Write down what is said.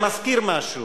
זה מזכיר משהו,